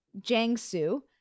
Jiangsu